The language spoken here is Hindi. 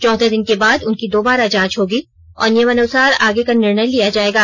चौदह दिन के बाद उनकी दोबारा जांच होगी और नियमानुसार आगे का निर्णय लिया जायेगा